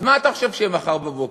אז מה אתה חושב שיהיה מחר בבוקר?